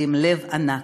ועם לב ענק.